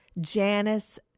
Janice